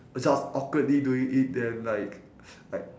just awkwardly doing it then like like